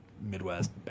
Midwest